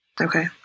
Okay